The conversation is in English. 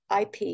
IP